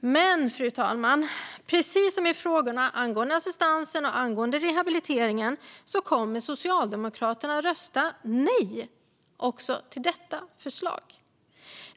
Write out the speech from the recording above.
Men, fru talman, precis som i frågorna angående assistansen och rehabiliteringen kommer Socialdemokraterna att rösta nej till detta förslag.